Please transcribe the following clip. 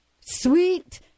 Sweet